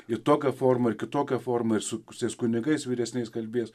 ir tokia forma ir kitokia forma ir su su tais kunigais vyresniais kalbėjęs